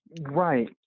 Right